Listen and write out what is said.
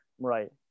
right